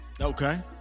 Okay